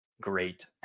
great